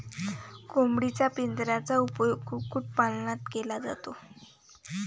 कोंबडीच्या पिंजऱ्याचा उपयोग कुक्कुटपालनात केला जातो